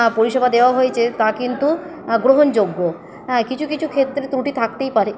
পরিষেবা দেওয়া হয়েছে তা কিন্তু গ্রহণযোগ্য হ্যাঁ কিছু কিছু ক্ষেত্রে ত্রুটি থাকতেই পারে